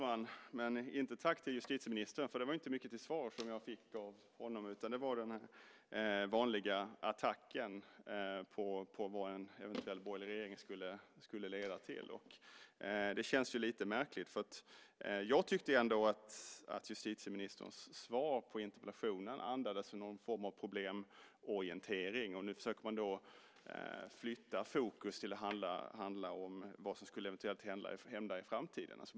Herr talman! Det var inte mycket till svar jag fick. I stället var det den vanliga attacken på en eventuell borgerlig regering och vad det skulle leda till. Det känns lite märkligt eftersom jag tyckte att justitieministerns svar på interpellationen andades någon form av problemorientering. Nu försöker han flytta fokus till att handla om vad som eventuellt skulle kunna hända i framtiden.